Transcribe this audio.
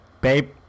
babe